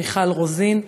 מיכל רוזין,